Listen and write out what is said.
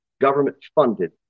government-funded